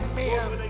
man